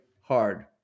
hard